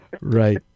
Right